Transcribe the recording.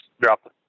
drop